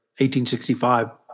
1865